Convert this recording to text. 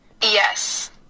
Yes